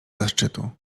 zaszczytu